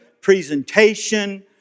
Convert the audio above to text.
presentation